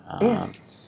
Yes